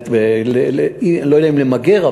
אני לא יודע אם למגר,